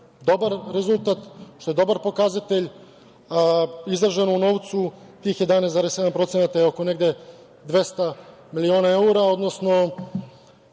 dobar rezultat, što je dobar pokazatelj. Izraženo u novcu, tih 11,7% je oko 200 miliona evra, odnosno